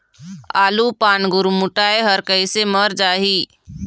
आलू पान गुरमुटाए हर कइसे मर जाही?